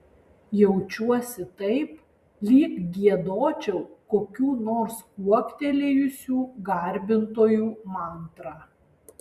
jaučiuosi taip lyg giedočiau kokių nors kuoktelėjusių garbintojų mantrą